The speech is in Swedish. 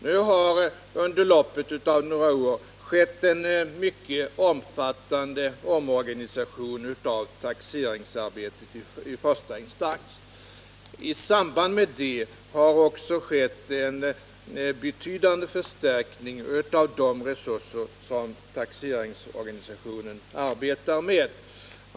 Det har under loppet av några år skett en mycket omfattande omorganisation av taxeringsarbetet i första instans. I samband med det har också skett en betydande förstärkning av de resurser som taxeringsorganisationen arbetar med.